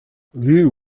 liu